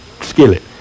skillet